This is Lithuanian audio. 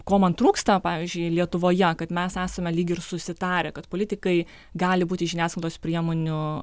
ko man trūksta pavyzdžiui lietuvoje kad mes esame lyg ir susitarę kad politikai gali būti žiniasklaidos priemonių